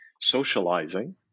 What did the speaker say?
socializing